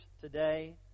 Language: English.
today